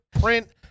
print